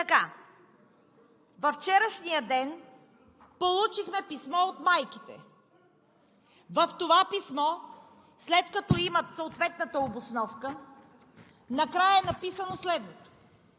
Във вчерашния ден получихме писмо от майките. В това писмо, след като имат съответната обосновка, накрая е написано следното: